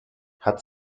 hat